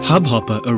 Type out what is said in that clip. Hubhopper